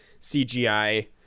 cgi